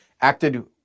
acted